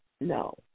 no